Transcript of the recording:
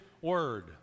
word